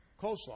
Coleslaw